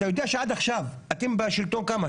אתה יודע שעד עכשיו אתם בשלטון כמה?